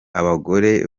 abagore